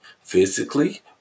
Physically